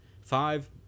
five